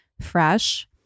fresh